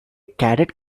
cadet